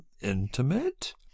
intimate